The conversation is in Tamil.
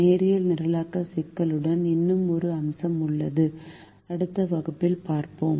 நேரியல் நிரலாக்க சிக்கலுக்கு இன்னும் ஒரு அம்சம் உள்ளது அடுத்த வகுப்பில் பார்ப்போம்